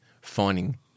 finding